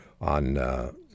on